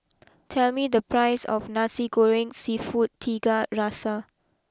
tell me the price of Nasi Goreng Seafood Tiga Rasa